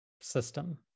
system